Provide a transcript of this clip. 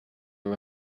are